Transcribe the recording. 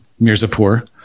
Mirzapur